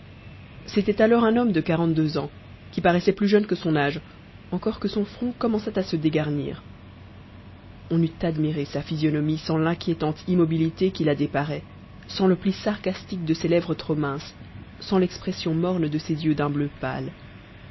c'était alors un homme de quarante-deux ans qui paraissait plus jeune que son âge encore que son front commençât à se dégarnir on eût admiré sa physionomie sans l'inquiétante immobilité qui la déparait sans le plis sarcastique de ses lèvres trop minces sans l'expression morne de ses yeux d'un bleu pâle